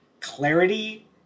clarity